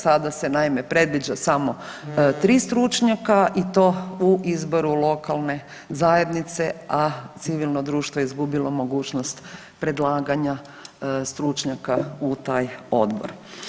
Sada se naime predviđa samo 3 stručnjaka i to u izboru lokalne zajednice, a civilno društvo izgubilo mogućnost predlaganja stručnjaka u taj odbor.